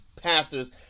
pastors